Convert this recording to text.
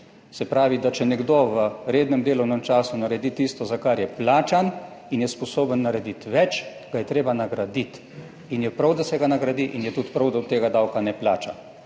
Se pravi, da če nekdo v rednem delovnem času naredi tisto, za kar je plačan in je sposoben narediti več, ga je treba nagraditi in je prav, da se ga nagradi in je tudi prav, da tega davka ne plača.